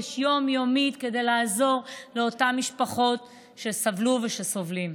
קודש יום-יומית כדי לעזור לאותן משפחות שסבלו ושסובלות.